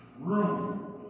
room